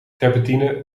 terpentine